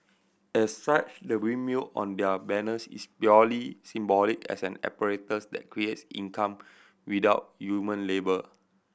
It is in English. as such the windmill on their banners is purely symbolic as an apparatus that creates income without human labour